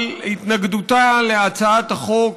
על התנגדותה להצעת החוק